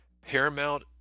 Paramount